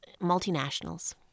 multinationals